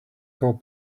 call